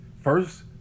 First